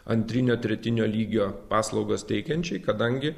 antrinio tretinio lygio paslaugas teikiančiai kadangi